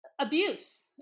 abuse